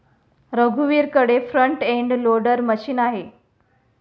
रघुवीरकडे front end loader machine आहे